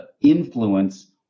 influence